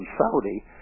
Saudi